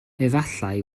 efallai